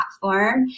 platform